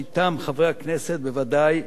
מטעם חברי הכנסת בוודאי,